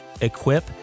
equip